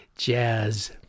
jazz